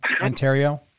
Ontario